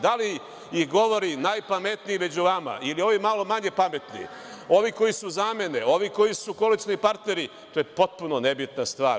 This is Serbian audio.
Da li govori najpametniji među vama ili ovi malo manje pametni, ovi koji su zamene, ovi koji su koalicioni partneri, to je potpuno nebitna stvar.